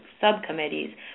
subcommittees